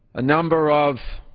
a number of